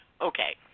Okay